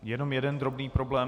Jenom jeden drobný problém.